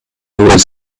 was